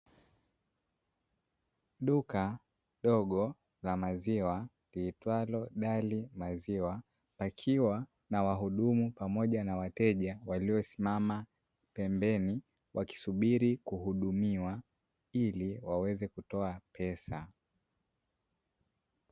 Duka dogo la maziwa liitwalo "DAIRY MAZIWA " pakiwa na wahudumu pamoja na wateja waliosimama pembeni wakisubiri kuhudumiwa ili waweze kutoa pesa.